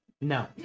No